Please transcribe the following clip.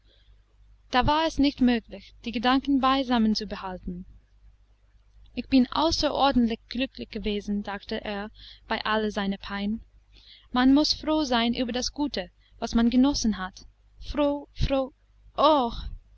da war es nicht möglich die gedanken beisammen zu behalten ich bin außerordentlich glücklich gewesen dachte er bei aller seiner pein man muß froh sein über das gute was man genossen hat froh froh oh